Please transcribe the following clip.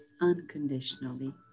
unconditionally